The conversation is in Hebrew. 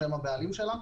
שהם הבעלים שלה,